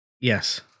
Yes